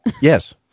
Yes